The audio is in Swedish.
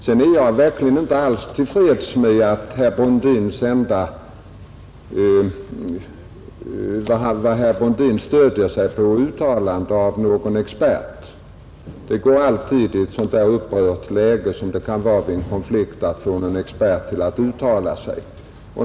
Jag är verkligen inte alls till freds med att vad herr Brundin stöder sig på är ett uttalande av någon expert. I ett sådant upprört läge som vid en konflikt går det alltid att få någon expert att uttala sig.